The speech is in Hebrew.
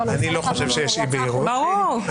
ברור...